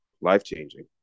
Life-changing